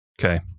Okay